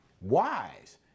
wise